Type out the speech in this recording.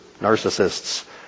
narcissists